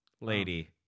Lady